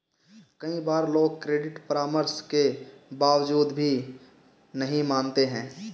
कई बार लोग क्रेडिट परामर्श के बावजूद भी नहीं मानते हैं